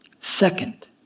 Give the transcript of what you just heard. Second